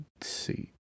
see